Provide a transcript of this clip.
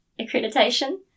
accreditation